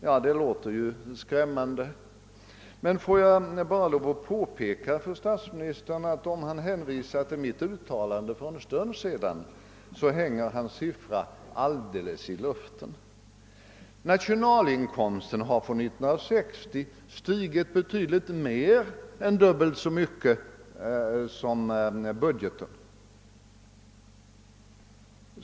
Ja, det låter skrämmande. Låt mig bara påpeka för statsministern ait hans siffra hänger alldeles i luften, om han hänvisar till mitt uttalande som han refererade för en stund sedan. Nationalinkomsten har sedan 1960 stigit mer än dubbelt så mycket som budgeten.